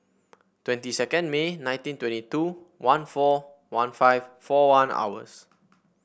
twenty second May nineteen twenty two one four one five four one hours